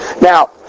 Now